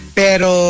pero